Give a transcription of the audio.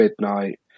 midnight